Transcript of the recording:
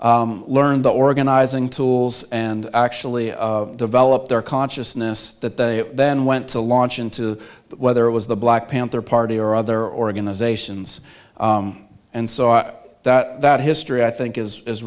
learned the organizing tools and actually developed their consciousness that they then went to launch into whether it was the black panther party or other organizations and saw that that history i think is